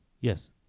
Yes